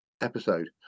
episode